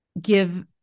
give